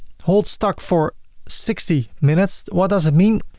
hold stock for sixty minutes. what does it mean?